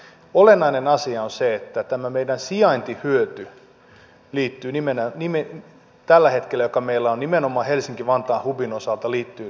mutta olennainen asia on se että tämä meidän sijaintihyötymme joka tällä hetkellä meillä on nimenomaan helsinki vantaan hubin osalta liittyy itään